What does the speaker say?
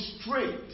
straight